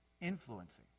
influencing